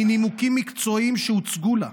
מנימוקים מקצועיים שהוצגו לה,